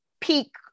peak